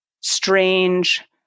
strange